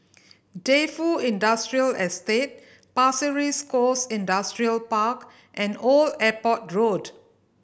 Defu Industrial Estate Pasir Ris Coast Industrial Park and Old Airport Road